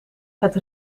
het